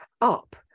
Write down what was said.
up